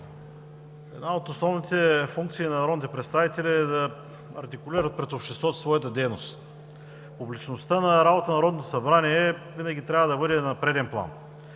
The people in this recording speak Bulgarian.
Една от основните функции на народните представители е да артикулират пред обществото своята дейност. Публичността на работата на Народното събрание винаги трябва да бъде на преден план.